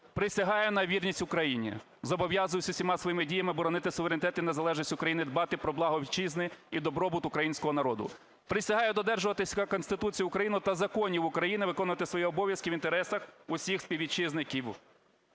"Присягаю на вірність Україні. Зобов'язуюсь усіма своїми діями боронити суверенітет і незалежність України, дбати про благо Вітчизни і добробут Українського народу. Присягаю додержуватись Конституції України та законів України, виконувати свої обов'язки в інтересах усіх співвітчизників".